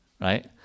right